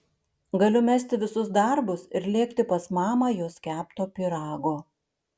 galiu mesti visus darbus ir lėkti pas mamą jos kepto pyrago